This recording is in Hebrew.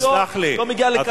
היא לא מגיעה לקרסוליו.